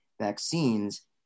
vaccines